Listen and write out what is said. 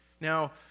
Now